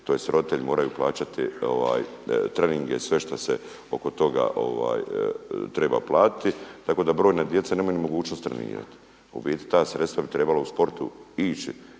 tj. roditelji moraju plaćati treninge i sve što se oko toga treba platiti. Tako da brojna djeca nemaju niti mogućnost trenirati. U biti ta sredstva bi trebala u sportu ići